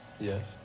Yes